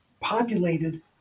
populated